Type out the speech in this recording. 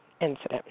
incident